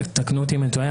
תקנו אותי אם אני טועה.